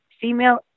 female